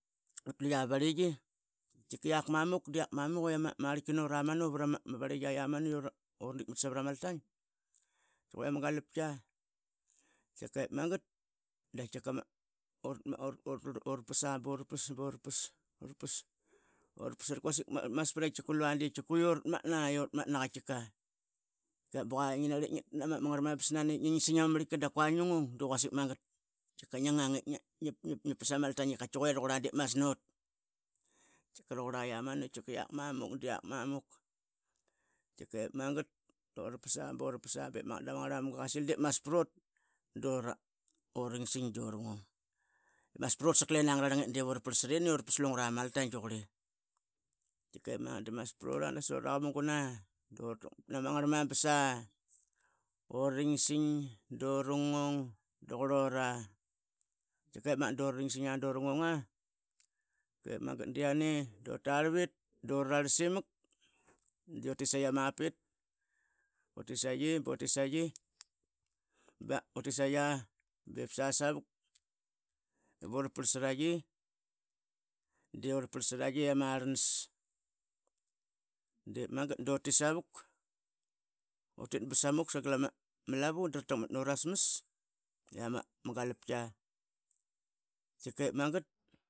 Patluya ma variqi iak mamuk diakmamuk iamarqi nut aramanu prama variqia amanu lama galapia. Dip magat dakatkika, urpasa burpas burpas burpas iarat quasile maspat tkika lua diuratma dkatkika uramatna, ip ba qua ngianarep ngia taqmat nama ngarmabas, ngi sing ama miritka da qua ngingung diqusik magat tkika ngingang itpas amaltang. Tkiquque ranqura di masnot, masnot tkika rauqura amanu iakmamuk diamamuk magat durpasa burpasa dip maget dama ngarmamga qasi ip masprot dura sing dura ngung. Masprot saq lina ngararang itdip urparkirini urpas amaltang a duquri. tkike magat da masprot duraraka muguna duratakmat na ma ngarmambas ringsing durung duarlora. Tkike magat duringsing durungung a dip magat diane dutarvit durarlas imak diutit saiqi mapit utit saiqi butsaiqi ba utitsaiqi bip sasavnk ivuraparlsaraiqi di ura parkraiqi la ma rla nas. Dae magat dutit savuk utit basa samuk sangal ama lavu dra taqmat nurasmas iama galptka. tkikip magat.